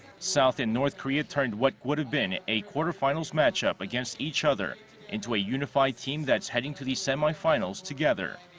south and north korea turned what would've been a quarterfinals match up against each other into a unified team that's heading to the semifinals together.